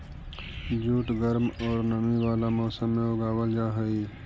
jute गर्म औउर नमी वाला मौसम में उगावल जा हई